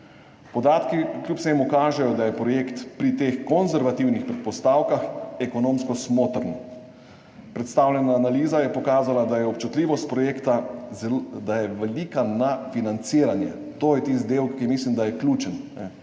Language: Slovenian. Podatki kljub vsemu kažejo, da je projekt pri teh konservativnih predpostavkah ekonomsko smotrn. Predstavljena analiza je pokazala, da je občutljivost projekta velika na financiranje. To je tisti del, ki mislim, da je ključen,